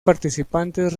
participantes